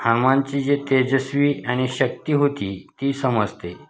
हनुमानची जी तेजस्वी आणि शक्ती होती ती समजते